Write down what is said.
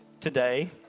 today